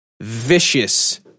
vicious